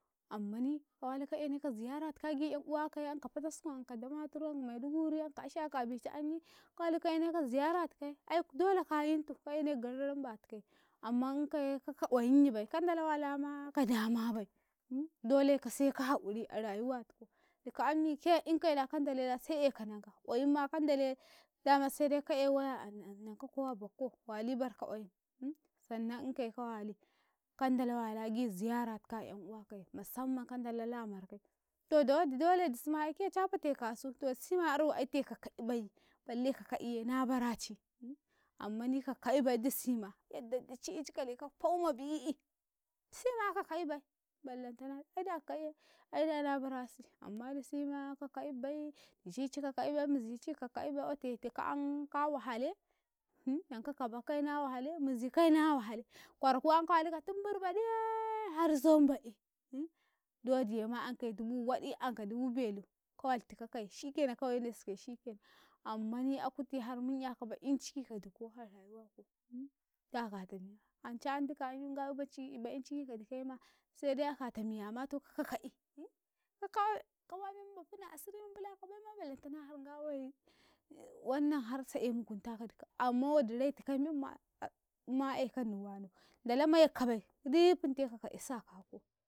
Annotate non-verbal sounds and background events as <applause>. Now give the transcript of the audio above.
Ammani ka walika ka eneka ziyaratika agii yan uwakayee anka Patiskum anka Damaturu anka Meduguri anka Ashaka bica anye ka walika ka eneka ziyara tikaye ai dole ka yintu ka ene gararamba tikaye amman ikaye ka ka qwayinyibai kan dala walamaa ka damabai <hesitation> doleka seka haquri a rayuwatukau dika ammika inkaya da kandalaye da se ekamenka qwayimma kan dalaye dama sede ka e waya ana nankau ko a ba'a kau wali barka qwayim <hesitation> sannan inkaye, musamman kandala la a markai, to dawadi dole disuma ai ka ka'iyee na baraci <hesitation> ammani ka ka'ibai dissima, yadda dici ai ci kaleka tau ma biyi, sima ka ka ebai, ballantana aida ka ka'iye aida na barasiamma disima ka ka'ibbai dici cika ka 'ibai mzini ka ka'ibai ote dika ann kawahale <hesitation> nanka ka bakkai na wahale mizikai na wahale, kwarakuyan ka walika tunbirbaɗ iyee har zomba'i <hesitation> dowodiyema ankai dubu waɗ i anka dubu belu, ka waltikakaye shikenan ka weinesikaye shikenan, ammani a kuti harmun "yaka ba'inciki ka dikow a rayuwakau <hesitation> da a kata miya, anca ain dika ain lunga bacci'i ba'inciki ka dikaye ma sede a kata miya mato kaka ka'i, <hesitation> ka kawe kawa mamma funa asiri mammbulakabaima ballantana harnga wai <hesitation> har sa aemugunta ka dika amman waɗ i rai tikammemma <hesitation> ma aekami wanau ndala mayakkabai gidii finteka ka 'yasi a ka kau.